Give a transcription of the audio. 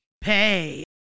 pay